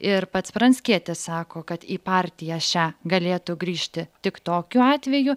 ir pats pranckietis sako kad į partiją šią galėtų grįžti tik tokiu atveju